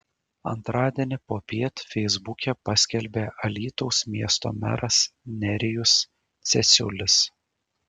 antradienį popiet feisbuke paskelbė alytaus miesto meras nerijus cesiulis